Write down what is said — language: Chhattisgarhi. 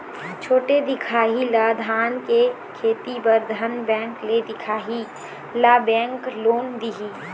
छोटे दिखाही ला धान के खेती बर धन बैंक ले दिखाही ला बैंक लोन दिही?